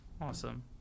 Awesome